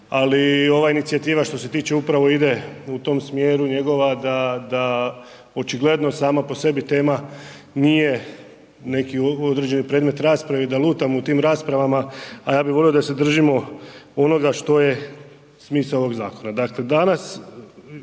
ali ova inicijativa što se tiče upravo ide u tom smjeru njegova da očigledno sama po sebi tema nije neki određeni predmet rasprave i da lutamo u tim raspravama a ja bih volio da se držimo onoga što je smisao ovog zakona.